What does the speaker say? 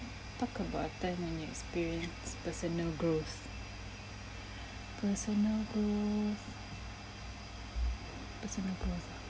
talk about a time when you experience personal growth personal growth personal growth